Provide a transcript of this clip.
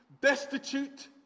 destitute